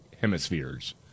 hemispheres